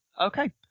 Okay